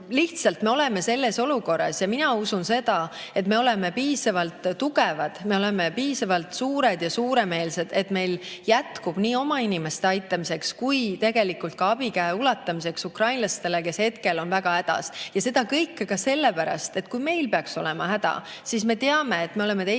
Lihtsalt me oleme selles olukorras. Ja mina usun seda, et me oleme piisavalt tugevad, me oleme piisavalt suured ja suuremeelsed, et meil jätkub nii oma inimeste aitamiseks kui tegelikult ka abikäe ulatamiseks ukrainlastele, kes hetkel on väga hädas. Ja seda kõike [tuleb teha] ka sellepärast, et kui meil peaks olema häda käes, siis me teaksime, et me oleme teisi